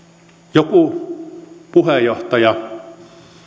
joku puheenjohtaja